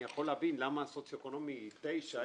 אני יכול להבין למה סוציו אקונומי תשע,